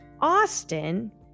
Austin